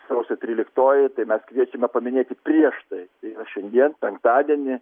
sausio tryliktoji tai mes kviečiame paminėti prieš tai šiandien penktadienį